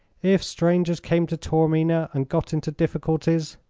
if strangers came to taormina and got into difficulties,